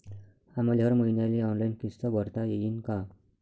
आम्हाले हर मईन्याले ऑनलाईन किस्त भरता येईन का?